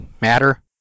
matter